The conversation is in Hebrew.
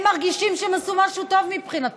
הם מרגישים שהם עשו משהו טוב מבחינתם.